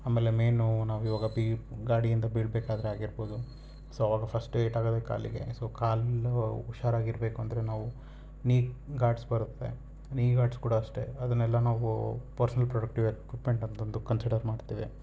ಆಮೇಲೆ ಮೇಯ್ನು ನಾವು ಇವಾಗ ಬಿ ಗಾಡಿಯಿಂದ ಬೀಳಬೇಕಾದ್ರೆ ಆಗಿರ್ಬೋದು ಸೊ ಅವಾಗ ಫಸ್ಟ್ ಏಟಾಗೋದೇ ಕಾಲಿಗೆ ಸೊ ಕಾಲು ಹುಷಾರಾಗಿ ಇರಬೇಕು ಅಂದರೆ ನಾವು ನೀ ಗಾರ್ಡ್ಸ್ ಬರುತ್ತೆ ನೀ ಗಾರ್ಡ್ಸ್ ಕೂಡ ಅಷ್ಟೇ ಅದನ್ನೆಲ್ಲ ನಾವು ಪರ್ಸ್ನಲ್ ಪ್ರೊಡಕ್ಟಿವ್ ಎಕ್ವಿಪ್ಮೆಂಟ್ ಅಂತೊಂದು ಕನ್ಸಿಡರ್ ಮಾಡ್ತೇವೆ